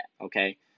Okay